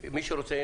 מי שרוצה.